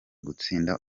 gutsinda